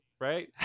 right